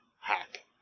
hack